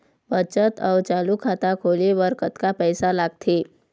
बचत अऊ चालू खाता खोले बर कतका पैसा लगथे?